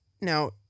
Now